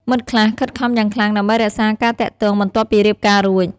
មិត្តខ្លះខិតខំយ៉ាងខ្លាំងដើម្បីរក្សាការទាក់ទងបន្ទាប់ពីរៀបការរួច។